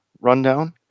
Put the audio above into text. rundown